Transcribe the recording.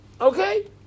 Okay